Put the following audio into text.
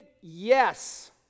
Yes